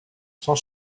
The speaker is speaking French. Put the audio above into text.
s’en